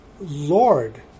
Lord